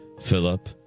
Philip